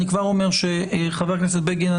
אני כבר אומר שחבר הכנסת בגין,